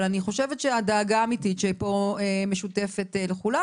אבל אני חושבת שהדאגה האמיתית שפה משותפת לכולם